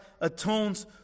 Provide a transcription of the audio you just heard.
atones